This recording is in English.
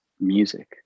music